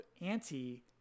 anti